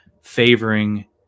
favoring